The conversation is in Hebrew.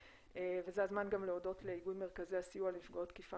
וזה הזמן גם להודות לאיגוד מרכזי הסיוע לנפגעות תקיפה